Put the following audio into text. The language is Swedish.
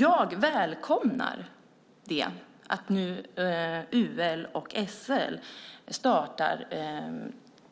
Jag välkomnar att UL och SL startar